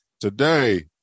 Today